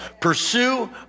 Pursue